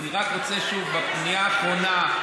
אני רק רוצה שוב, בפנייה אחרונה: